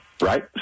right